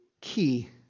key